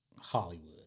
hollywood